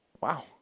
Wow